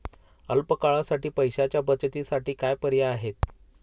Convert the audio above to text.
अल्प काळासाठी पैशाच्या बचतीसाठी काय पर्याय आहेत?